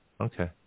Okay